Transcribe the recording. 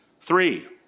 Three